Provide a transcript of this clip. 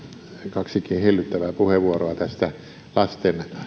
kaksikin hellyttävää puheenvuoroa tästä lasten